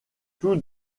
tout